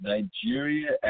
Nigeria